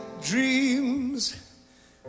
Dreams